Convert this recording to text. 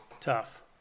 tough